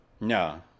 No